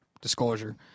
disclosure